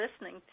listening